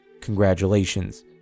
Congratulations